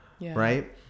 right